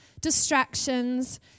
distractions